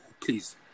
please